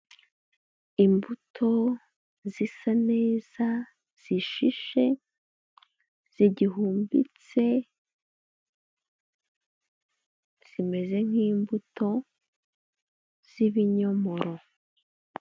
Imbuto zisa neza, zishishe, zigihumbitse, zimeze nk'imbuto z'ibinyomoro.